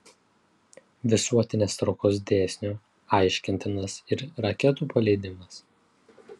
visuotinės traukos dėsniu aiškintinas ir raketų paleidimas